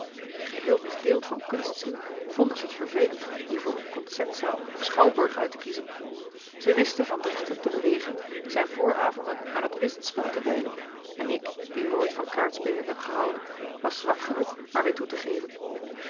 geheel misdeeld van kunstzin vonden zij t vervelend hiervoor een concertzaal of schouwburg uit te kiezen zij wisten van dregten te bewegen zijn vooravonden aan het whistspel te wijden en ik die nooit van kaartspelen heb gehouden was zwak genoeg maar weer toe te geven